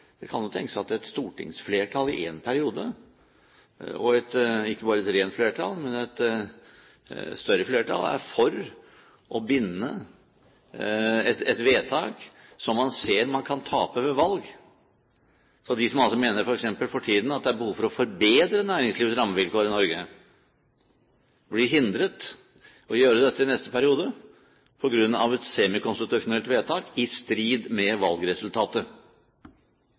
et stortingsflertall i en periode, og ikke bare et rent flertall, men et større flertall, er for å binde et vedtak som man ser man kan tape ved valg. Så de som f.eks. for tiden mener at det er behov for å forbedre næringslivets rammevilkår i Norge, blir hindret i å gjøre dette i neste periode på grunn av et semikonstitusjonelt vedtak i strid med valgresultatet.